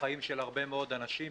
בחיים של הרבה מאוד אנשים,